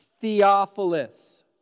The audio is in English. Theophilus